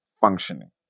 functioning